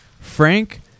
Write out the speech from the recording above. Frank